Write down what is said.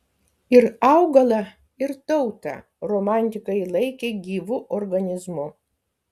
ir augalą ir tautą romantikai laikė gyvu organizmu